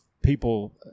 people